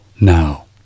now